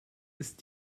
ist